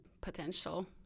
potential